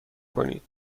کنید